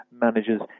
Managers